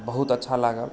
बहुत अच्छा लागल